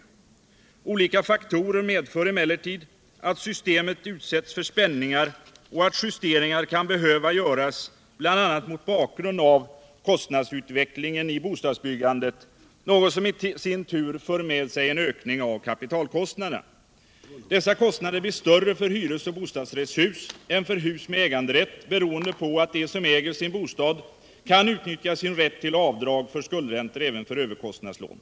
Olika faktorer medför emellertid att systemet utsätts för spänningar och att justeringar kan behöva göras bl.a. mot bakgrund av kostnadsutvecklingen i bostadsbyggandet, något som i sin tur medför en ökning av kapitalkostnaderna. Dessa kostnader blir större för hyres och bostadsrättshus än för hus med äganderätt beroende på att de som äger sin bostad kar utnyttja sin rätt till avdrag för skuldräntor även för överkostnadslån.